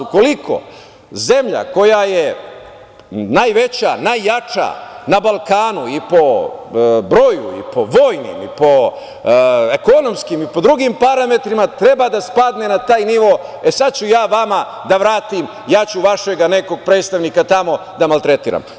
Ukoliko zemlja koja je najveća, najjača na Balkanu i po broju i po vojnim i po ekonomskim i po drugim parametrima, treba da spadne na taj nivo – e sad ću ja vama da vratim, ja ću vašega nekog predstavnika tamo da maltretiram.